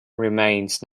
remains